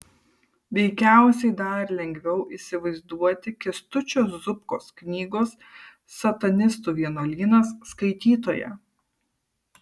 veikiausiai dar lengviau įsivaizduoti kęstučio zubkos knygos satanistų vienuolynas skaitytoją